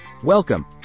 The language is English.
Welcome